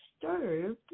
disturbed